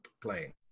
playing